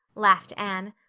laughed anne.